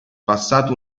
passato